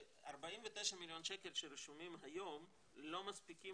ש-49 מיליון שקל שרשומים היום לא מספיקים